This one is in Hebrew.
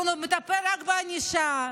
הוא מטפל רק בענישה,